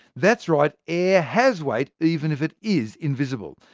that's right, air has weight, even if it is invisible.